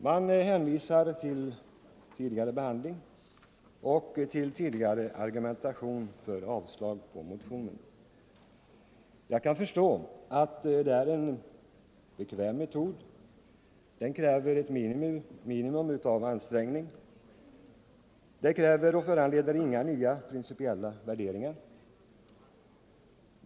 Man hänvisar till tidigare behandling och till tidigare argumentation för avslag på motionen. Jag kan förstå att detta är en bekväm metod. Den kräver ett minimum av ansträngning och föranleder inga nya principiella värderingar.